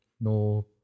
no